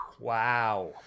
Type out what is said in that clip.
Wow